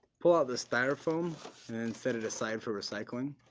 pull out the styrafoam and set it aside for recycling.